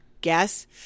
guess